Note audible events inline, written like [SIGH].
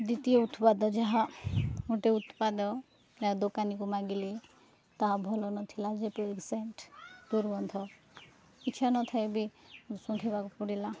ଦ୍ୱିତୀୟ ଉତ୍ପାଦ ଯାହା ଗୋଟେ ଉତ୍ପାଦ ଦୋକାନୀକୁ ମାଗିଲି ତାହା ଭଲ ନଥିଲା [UNINTELLIGIBLE] ଏ ସେଣ୍ଟ ଦୁର୍ବନ୍ଧ ଇଚ୍ଛା ନଥାଏ ବି ଶୁଣ୍ଠିବାକୁ ପଡ଼ିଲା